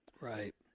right